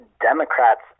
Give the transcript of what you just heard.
Democrats